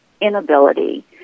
inability